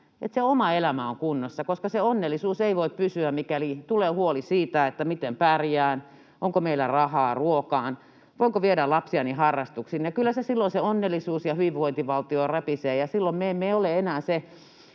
että se oma elämä on kunnossa, koska se onnellisuus ei voi pysyä, mikäli tulee huoli siitä, että miten pärjään, onko meillä rahaa ruokaan, voinko viedä lapsiani harrastuksiin. Jos on sellainen huoli, niin kyllä se onnellisuus ja hyvinvointivaltio rapisee, ja silloin me emme ole enää se